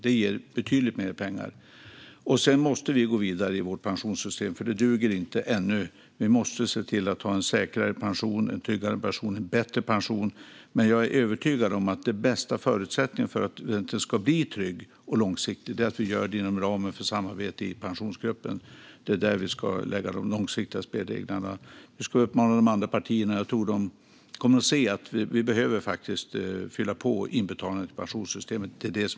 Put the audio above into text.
Det ger betydligt mer pengar. Vi måste gå vidare med vårt pensionssystem eftersom det inte duger än. Vi måste se till att ha en säkrare, tryggare och bättre pension. Jag är övertygad om att den bästa förutsättningen för att pensionen ska bli trygg och långsiktig är att arbetet sker inom ramen för samarbetet i Pensionsgruppen. Det är där de långsiktiga spelreglerna ska tas fram. De andra partierna kommer att se att inbetalningarna till pensionssystemet behöver fyllas på.